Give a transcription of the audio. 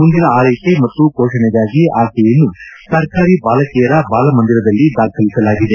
ಮುಂದಿನ ಆರೈಕೆ ಮತ್ತು ಪೋಷಣೆಗಾಗಿ ಆಕೆಯನ್ನು ಸರಕಾರಿ ಬಾಲಕಿಯರ ಬಾಲಮಂದಿರದಲ್ಲಿ ದಾಖಲಿಸಲಾಗಿದೆ